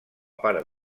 part